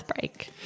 break